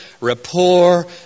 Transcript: rapport